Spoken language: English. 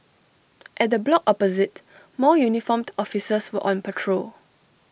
at the block opposite more uniformed officers were on patrol